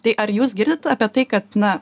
tai ar jūs girdit apie tai kad na